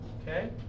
okay